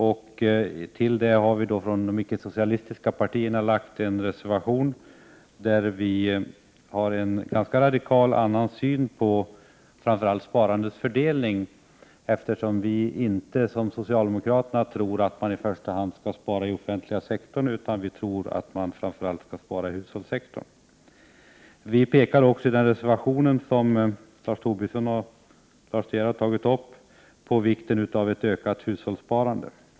De ickesocialistiska partierna har till betänkandet fogat en reservation, där vi har en radikalt annan syn på framför allt sparandets fördelning. Vi tror inte som socialdemokraterna att man i första hand skall spara i offentliga sektorn, utan vi tror att man skall spara i hushållssektorn. I den reservation som även Lars Tobisson och Lars De Geer tog upp pekar vi också på vikten av ett ökat hushållssparande.